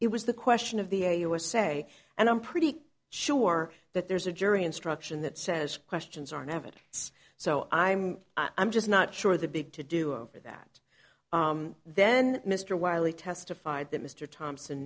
it was the question of the usa and i'm pretty sure that there's a jury instruction that says questions are never so i'm i'm just not sure the big to do over that then mr wylie testified that mr thompson